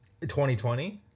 2020